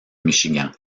michigan